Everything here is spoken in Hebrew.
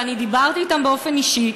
ואני דיברתי אתם באופן אישי,